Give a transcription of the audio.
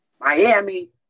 Miami